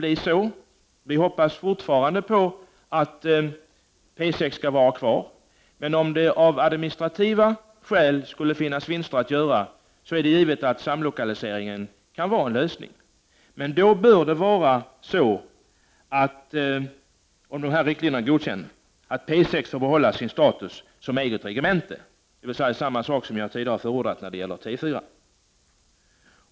Vi hoppas fortfarande att P 6 skall få vara kvar, men om det skulle vara möjligt att göra administrativa vinster, är det givet att samlokalisering kan vara en lösning. Men då bör P6 få behålla sin status som regemente, något som jag har förordat beträffande T4.